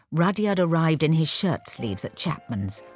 rudyard arrived in his shirtsleeves at chapman's,